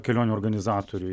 kelionių organizatoriui